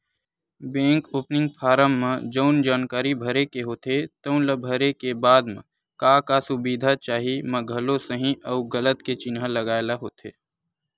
bank opening form म जउन जानकारी भरे के होथे तउन ल भरे के बाद म का का सुबिधा चाही म घलो सहीं अउ गलत के चिन्हा लगाए ल होथे